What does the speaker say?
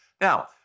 Now